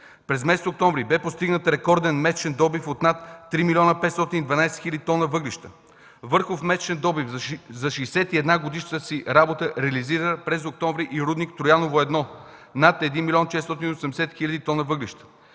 През месец октомври бе постигнат рекорден месечен добив от над 3 млн. 512 хил. тона въглища. Върхов месечен добив за 61 годишната си работа реализира през октомври и рудник „Трояново 1” – над 1 млн. 480 хил. т въглища.